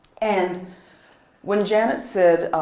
and when janet said,